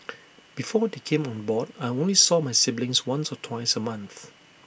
before they came on board I only saw my siblings once or twice A month